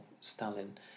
Stalin